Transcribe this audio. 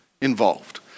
involved